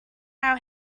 our